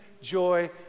joy